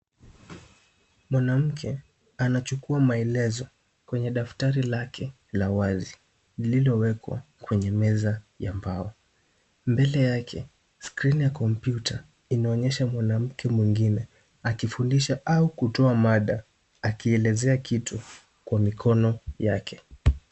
Mwanamke anachukua maelezo kwenye daftari lake la wazi ,lililowekwa kwenye meza ya mbao. Mbele yake skrini ya komputa inaonyesha mwanamke mwingine akifundisha, au kutoa mada akielezea kitu kwa mikono yake .